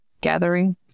gathering